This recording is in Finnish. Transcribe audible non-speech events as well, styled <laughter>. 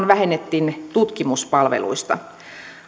<unintelligible> vähennettiin nimenomaan tutkimuspalveluista